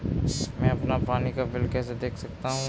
मैं अपना पानी का बिल कैसे देख सकता हूँ?